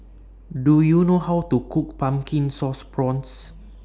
Do YOU know How to Cook Pumpkin Sauce Prawns